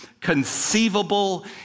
conceivable